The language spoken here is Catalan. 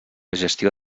gestió